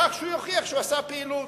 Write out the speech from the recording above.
בכך שהוא יוכיח שהוא עשה פעילות.